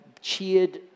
cheered